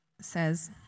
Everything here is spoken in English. says